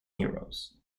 heroes